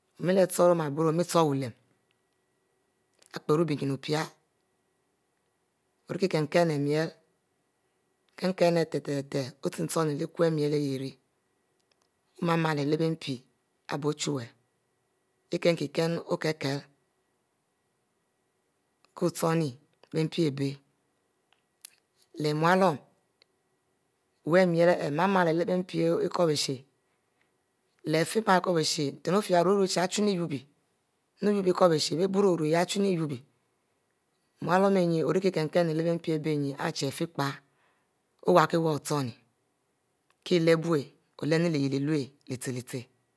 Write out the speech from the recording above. Omie chiro oma boro leh oma ochro woulem ari iero bie nyin opie ori kie kinn-kinn miel teh-teh ichieb-chieb ilong oma leh mpi abie ochuwue ikinn-kinn ori kiele ko chin bie mpi abie leh mualuom wu ari miel ari mama beh mpi ekubish leh fie ma ekuubishe rue-rue chic i chu nu iyobie yoru rwu chic ekwbish, ibie boro urue yah ichu nu yubic mualuom nyin ori kie ki. m-kim leh mpi abie nyin pre chie fic ie oyu yu ovhin ki lebu olennu lyieh-leh chieh